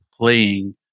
playing